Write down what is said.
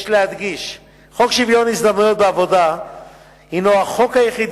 יש להדגיש: חוק שוויון ההזדמנויות בעבודה הוא החוק היחיד